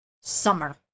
summer